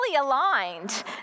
aligned